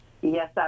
Yes